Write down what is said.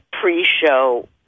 pre-show